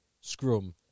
scrum